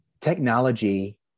technology